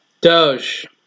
Doge